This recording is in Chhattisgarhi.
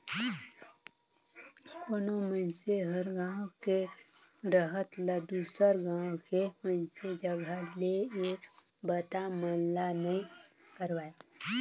कोनो मइनसे हर गांव के रहत ल दुसर गांव के मइनसे जघा ले ये बता मन ला नइ करवाय